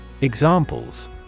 Examples